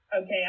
okay